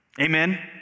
Amen